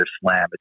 slam